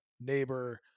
neighbor